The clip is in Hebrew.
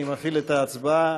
אני מפעיל את ההצבעה,